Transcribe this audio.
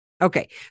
Okay